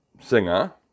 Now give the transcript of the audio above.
singer